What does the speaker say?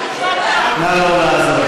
נא לא לעזור